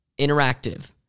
interactive